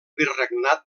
virregnat